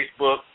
Facebook